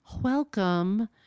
welcome